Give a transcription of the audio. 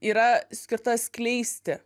yra skirta skleisti